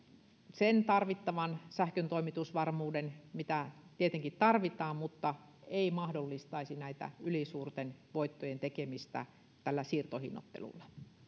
sen tarvittavan sähköntoimitusvarmuuden mitä tietenkin tarvitaan mutta ei mahdollistaisi näiden ylisuurten voittojen tekemistä tällä siirtohinnoittelulla